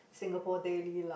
Singapore Daily lah